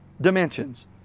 dimensions